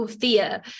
fear